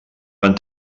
van